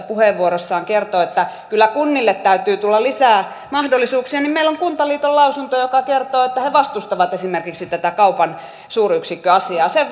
puheenvuorossaan kertoi että kyllä kunnille täytyy tulla lisää mahdollisuuksia niin meillä on kuntaliiton lausunto joka kertoo että he vastustavat esimerkiksi tätä kaupan suuryksikköasiaa sen